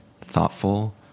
thoughtful